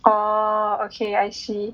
oh okay I see